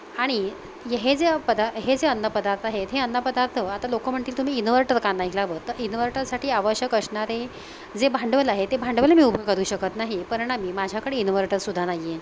आणि य हे जे पदा हे जे अन्नपदार्थ आहेत हे अन्नपदार्थ आता लोकं म्हणतील तुम्ही इन्व्हर्टर का नाही लावत तर इन्व्हर्टरसाठी आवश्यक असणारे जे भांडवल आहे ते भांडवल मी उभं करू शकत नाही परीणामी माझ्याकडे इन्वर्टरसुद्धा नाही आहे